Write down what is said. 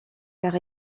car